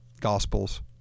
Gospels